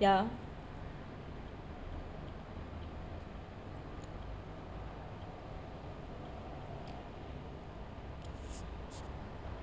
ya